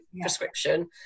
prescription